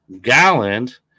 Galland